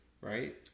right